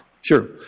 Sure